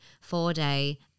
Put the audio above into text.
four-day